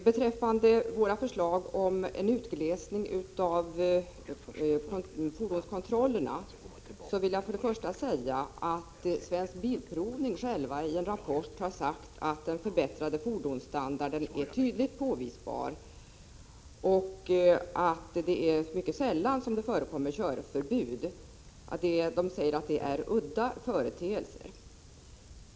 Beträffande våra förslag om en utglesning av kontrollbesiktningarna vill jag nämna att Svensk Bilprovning i en rapport har sagt att den förbättrade fordonsstandarden är tydligt påvisbar och att det är mycket sällan som en bil beläggs med körförbud — det är en ”udda företeelse”.